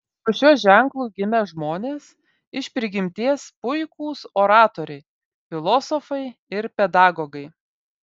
po šiuo ženklu gimę žmonės iš prigimties puikūs oratoriai filosofai ir pedagogai